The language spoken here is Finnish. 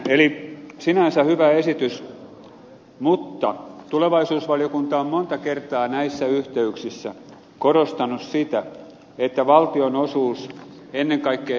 eli sinänsä hyvä esitys mutta tulevaisuusvaliokunta on monta kertaa näissä yhteyksissä korostanut sitä että valtion osuus ennen kaikkea tässä tietokoneviidakossa